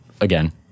again